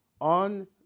on